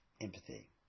empathy